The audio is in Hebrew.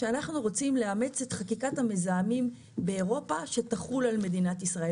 שאנחנו רוצים לאמץ את חקיקת המזהמים באירופה שתחול על מדינת ישראל.